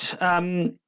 right